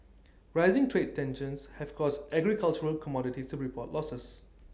rising trade tensions have caused agricultural commodities to report losses